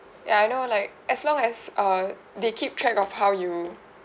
ya I know like as long as err they keep track of how you